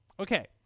Okay